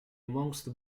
amongst